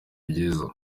byiza